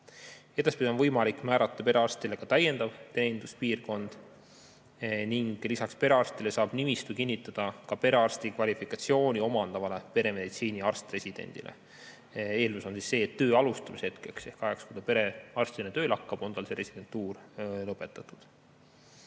Edaspidi on võimalik määrata perearstile ka täiendav teeninduspiirkond. Lisaks perearstile saab nimistu kinnitada perearsti kvalifikatsiooni omandavale peremeditsiini arst-residendile. Eeldus on see, et töö alustamise hetkeks ehk ajaks, kui ta perearstina tööle hakkab, on tal residentuur lõpetatud.